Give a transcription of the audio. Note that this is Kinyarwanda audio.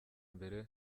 mbere